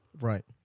Right